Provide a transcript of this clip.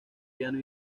piano